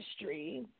industry